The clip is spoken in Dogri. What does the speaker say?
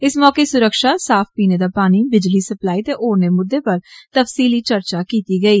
इस मौके सुरक्षा साफ पीने दा पानी बिजली सप्लाई ते होरने मुद्धे पर तफसीली चर्चा कीत्ती गेई